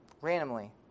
randomly